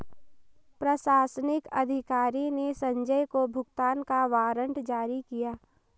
प्रशासनिक अधिकारी ने संजय को भुगतान का वारंट जारी किया